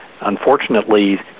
unfortunately